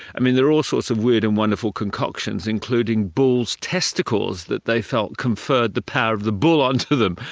i mean there are all sorts of weird and wonderful concoctions, including bulls testicles that they felt conferred the power of the bull onto them.